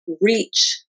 reach